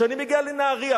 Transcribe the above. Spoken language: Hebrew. כשאני מגיע לנהרייה,